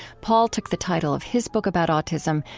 paul took the title of his book about autism,